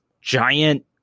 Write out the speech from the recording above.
giant